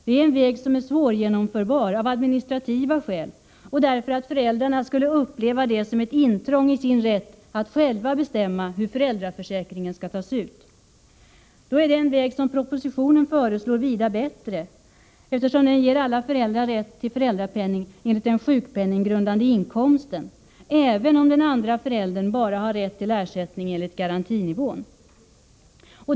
Det är en väg som är svårgenomförbar av administrativa skäl och därför att föräldrarna skulle uppleva det som ett intrång i sin rätt att själva bestämma hur föräldraförsäkringen skall tas ut. Då är den väg som föreslås i propositionen vida bättre, eftersom den ger alla föräldrar rätt till föräldrapenning enligt den sjukpenninggrundande inkomsten, även om den andra föräldern bara har rätt till ersättning enligt garantinivån.